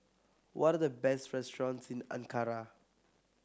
what the best restaurants in Ankara